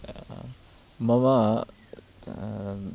मम